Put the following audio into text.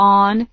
on